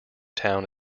town